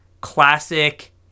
Classic